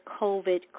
COVID